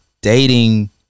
dating